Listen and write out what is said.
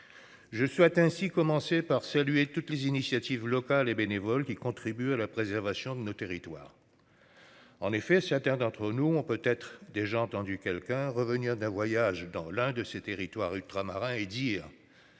Je souhaite ainsi commencer par saluer toutes les initiatives locales et bénévoles qui contribuent à la préservation de nos territoires. En effet, certains d'entre nous, on peut être déjà entendu quelqu'un revenir d'un voyage dans l'un de ces territoires ultramarins et dire.